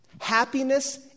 Happiness